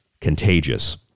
contagious